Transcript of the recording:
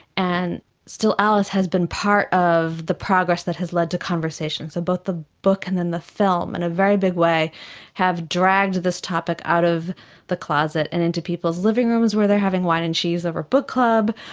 and still alice has been part of the progress that has led to conversation. so both the book and then the film in a very big way have dragged this topic out of the closet and into people's living rooms where they are having wine and cheese over book club,